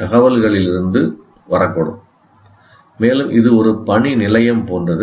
தகவல்களிலிருந்தும் வரக்கூடும் மேலும் இது ஒரு பணிநிலையம் போன்றது